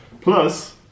Plus